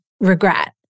regret